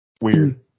Weird